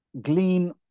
glean